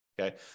okay